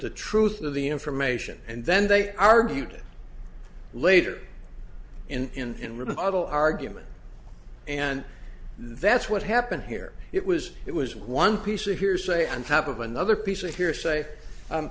the truth of the information and then they argued it later in rebuttal argument and that's what happened here it was it was one piece of hearsay on top of another piece of hearsay